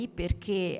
perché